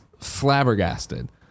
flabbergasted